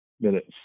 minutes